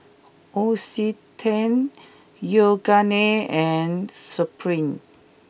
L'Occitane Yoogane and Supreme